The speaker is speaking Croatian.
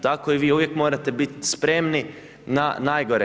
Tako i vi uvijek morate biti spremni na najgore.